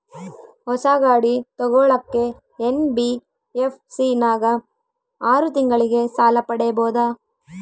ಹೊಸ ಗಾಡಿ ತೋಗೊಳಕ್ಕೆ ಎನ್.ಬಿ.ಎಫ್.ಸಿ ನಾಗ ಆರು ತಿಂಗಳಿಗೆ ಸಾಲ ಪಡೇಬೋದ?